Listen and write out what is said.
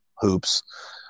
hoops